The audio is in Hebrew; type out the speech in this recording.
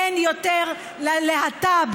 אין יותר ללהט"ב,